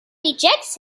rejects